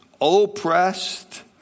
oppressed